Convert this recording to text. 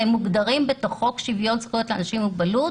והם מוגדרים לפי חוק שוויון זכויות כאנשים עם מוגבלות.